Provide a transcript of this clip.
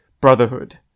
brotherhood